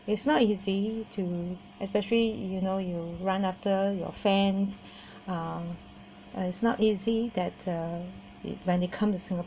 is not easy to especially you know you run after your fans uh uh is not easy that uh when they come to singapore